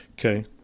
Okay